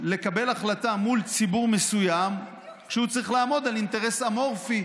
לקבל החלטה מול ציבור מסוים כשהוא צריך לעמוד על אינטרס אמורפי.